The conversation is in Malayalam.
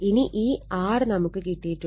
ഇനി ഈ R നമുക്ക് കിട്ടിയിട്ടുണ്ട്